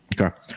Okay